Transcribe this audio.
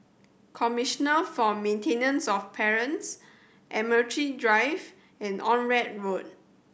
Commissioner for Maintenance of Parents Admiralty Drive and Onraet Road